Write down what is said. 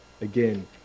again